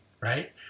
right